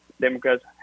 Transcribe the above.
Democrats